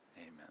Amen